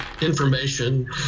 information